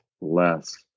less